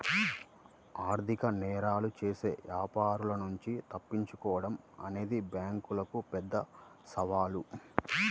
ఆర్థిక నేరాలు చేసే వ్యాపారుల నుంచి తప్పించుకోడం అనేది బ్యేంకులకు పెద్ద సవాలు